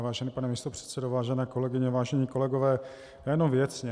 Vážený pane místopředsedo, vážené kolegyně, vážení kolegové, já jenom věcně.